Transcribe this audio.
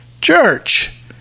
Church